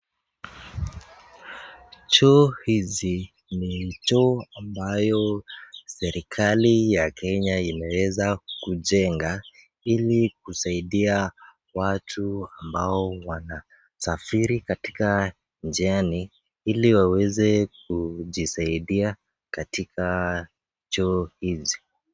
Choo hizi, ni choo ambayo, serikali ya Kenya, imeweza kujenga, ili, kusaidia watu ambao wanasafiri katika njiani, ili waweze kujisaidia katika, choo hizi.